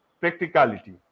Practicality